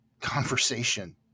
Conversation